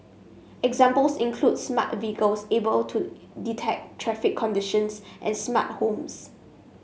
examples include smart a vehicles able to detect traffic conditions and smart homes